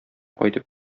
кайтып